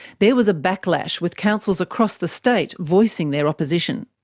there was a backlash, with councils across the state voicing their opposition.